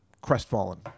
crestfallen